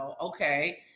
okay